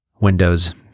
windows